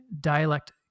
dialect